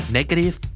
Negative